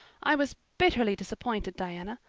i was bitterly disappointed, diana.